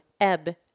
ebb